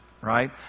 Right